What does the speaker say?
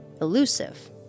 elusive